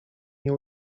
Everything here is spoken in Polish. nie